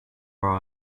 are